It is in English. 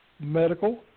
medical